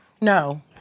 no